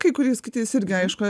kai kuriais kitais irgi aišku